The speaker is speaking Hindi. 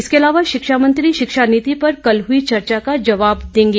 इसके अलावा शिक्षा मंत्री शिक्षा नीति पर कल हुई चर्चा का जवाब देंगे